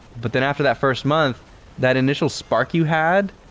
but then, after that first month that initial spark you had,